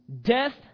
Death